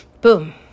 Boom